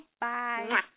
Bye